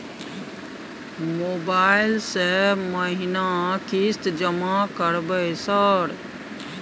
Mobile से महीना किस्त जमा करबै सर?